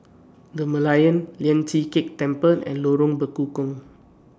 The Merlion Lian Chee Kek Temple and Lorong Bekukong